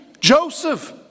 Joseph